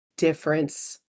difference